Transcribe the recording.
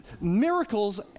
miracles